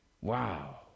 Wow